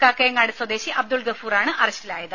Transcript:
കാക്കയങ്ങാട് സ്വദേശി അബ്ദുൾ ഗഫൂറാണ് അറസ്റ്റിലായത്